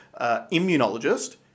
immunologist